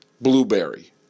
blueberry